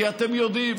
כי אתם יודעים